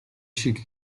шиг